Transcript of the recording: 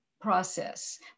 process